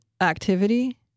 activity